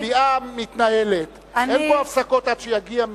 המליאה מתנהלת, אין פה הפסקות עד שיגיע מישהו.